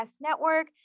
network